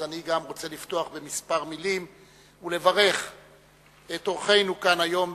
אני רוצה לפתוח בכמה מלים ולברך את אורחינו כאן היום,